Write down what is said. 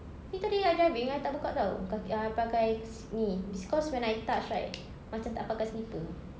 ini tadi I driving I tak buka [tau] kaki uh pakai s~ ini it's cause when I touch right macam tak pakai slipper